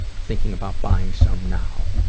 thinking about buying some now.